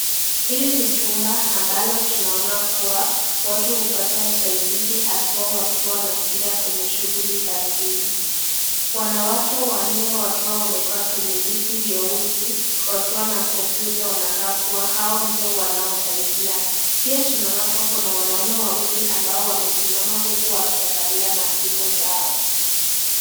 Hili ni chumba ambalo tunaona kuwa watu hupata usaidizi haswa wakiwa na shida kwenye shughuli za njini. wanawake wanne wakiwa wamekuwa kwenye viti vyeusi wakiwa na computer wanakaa kuwa hao ndio wanaosaidia. Pia tunaona kuwa kuna wanaume wawili ambao wamesimama huko wakiangalia masimu zao.